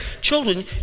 children